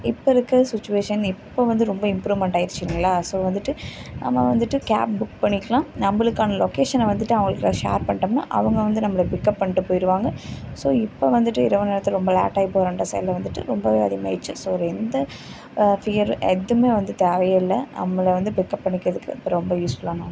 இப்போருக்க situation இப்போ வந்து ரொம்ப இம்ப்ரூவ்மென்ட் ஆயிருச்சுல்லைங்களா நம்ம வந்துவிட்டு புக் பண்ணிக்கலாம் நம்மளுக்கான லொக்கேஷனில் வந்துட்டு அவர்களுக்கு ஷேர் பண்ணிட்டோனா அவங்க வந்து நம்மளை பிக்கப் பண்ணிட்டு போயிடுவாங்க ஸோ இப்போது வந்துவிட்டு இரவு நேரத்தில் ரொம்ப லேட்டாகி போறேன்ர சைடில் வந்துவிட்டு ரொம்ப அதிகமாயிடுச்சு ஸோ எந்த ஃபியர் எதுவுமே வந்து தேவையில்லை நம்மளை வந்து பிக்கப் பண்ணிக்கிறதுக்கு ரொம்ப யூஸ்ஃபுல்லான ஒன்று